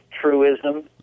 truism